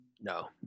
No